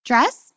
Dress